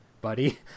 buddy